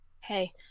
Hey